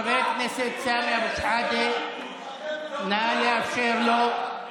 חבר הכנסת סמי אבו שחאדה, נא לאפשר לו,